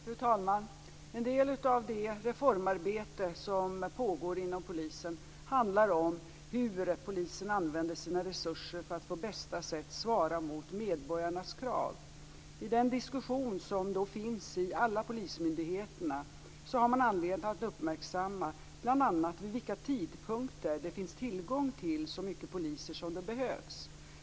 Fru talman! En del av det reformarbete som pågår inom polisen handlar om hur polisen använder sina resurser för att på bästa sätt svara mot medborgarnas krav. I den diskussion som pågår inom alla polismyndigheter har man anledning att uppmärksamma bl.a. vid vilka tidpunkter det finns tillgång till så många poliser som behövs.